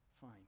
Fine